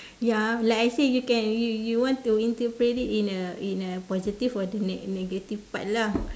ya like I say you can you you want to interpret it in a in a positive or the neg~ negative part lah